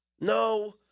No